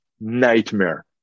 nightmare